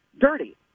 dirty